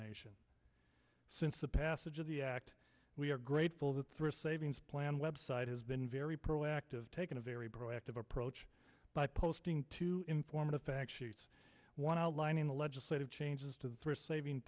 nation since the passage of the act we are grateful the thrift savings plan website has been very proactive taking a very proactive approach by posting to inform the fact sheets one outlining the legislative changes to the thrift saving